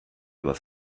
aber